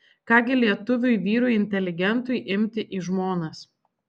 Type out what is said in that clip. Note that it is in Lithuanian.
ką gi lietuviui vyrui inteligentui imti į žmonas